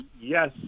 Yes